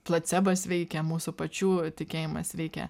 placebas veikia mūsų pačių tikėjimas veikia